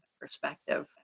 perspective